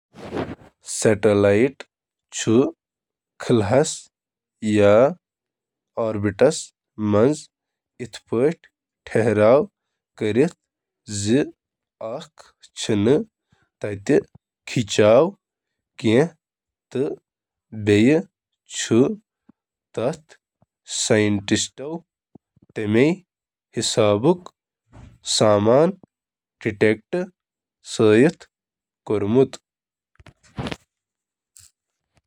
اکھ سیٹلائٹ چُھ دوٛن عوامل متوازن کرتھ پنن مدار برقرار تھاوان: امچ رفتار ,سیود لٲنہٕ منٛز سفر کرنہٕ خاطرٕ چِھ رفتار لگان, تہٕ زمینس پیٹھ کشش ثقل ہنٛد پل۔